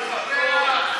לספח.